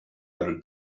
other